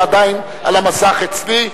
הם עדיין על המסך אצלי.